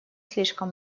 слишком